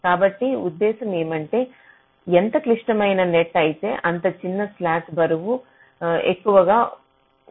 కాబట్టి ఉద్దేశం ఏమంటే ఎంత క్లిష్టమైన నెట్ అయితే అంత చిన్న స్లాక్ బరువు ఎక్కువగా ఉండాలి